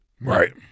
Right